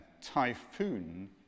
Typhoon